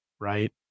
Right